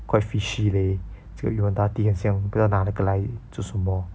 quite fishy leh 这个玉皇大帝很像不要拿那个来做什么